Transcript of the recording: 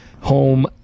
home